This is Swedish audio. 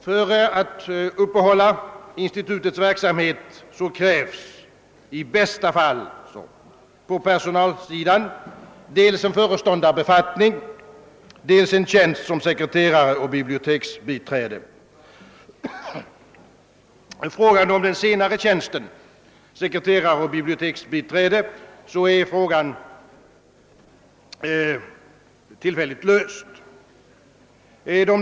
För att institutets verksamhet skall kunna upprätthållas krävs i bästa fall på personalsidan dels en föreståndarbefattning, dels en tjänst som sekreterare och biblioteksbiträde. Frågan om den senare tjänsten — som sekreterare och biblioteksbiträde — är tillfälligt löst.